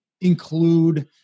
include